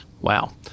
Wow